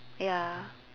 ya